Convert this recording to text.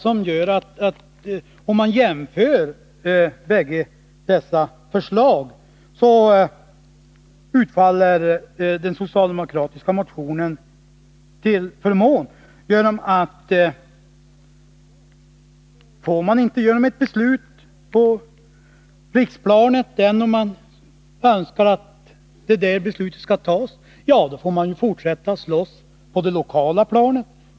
Om man jämför dessa bägge förslag, verkar den socialdemokratiska motionen förmånligast. Får man inte igenom ett beslut på riksplanet, får man fortsätta att slåss för det på det lokala planet.